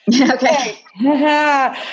Okay